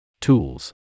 Tools